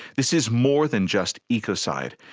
this is more than just ecocide,